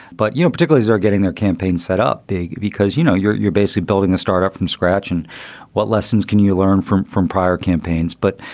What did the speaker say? but, you know, particularly they are getting their campaign set up because, you know, you're you're basically building a startup from scratch. and what lessons can you learn from from prior campaigns? but,